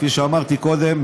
כפי שאמרתי קודם,